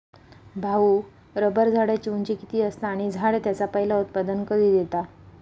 भाऊ, रबर झाडाची उंची किती असता? आणि झाड त्याचा पयला उत्पादन कधी देता?